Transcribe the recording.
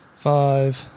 five